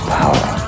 power